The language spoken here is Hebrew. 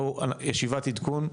ישיבת עדכון,